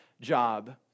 job